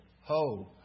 ho